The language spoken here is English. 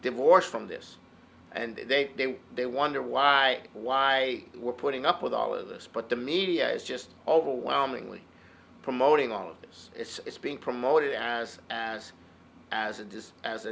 divorced from this and they then they wonder why why we're putting up with all of this but the media is just overwhelmingly promoting all of this it's being promoted as as as